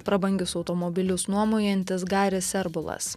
prabangius automobilius nuomojantis garis serbulas